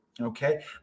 Okay